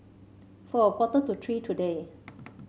for a quarter to three today